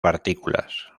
partículas